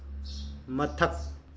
ꯃꯊꯛ